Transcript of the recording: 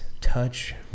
Touch